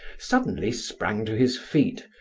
suddenly sprang to his feet,